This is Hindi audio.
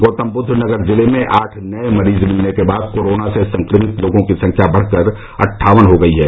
गौतमबुद्ध नगर जिले में आठ नए मरीज मिलने के बाद कोरोना से संक्रमित लोगों की संख्या बढ़कर अट्ठावन हो गई है